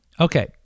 Okay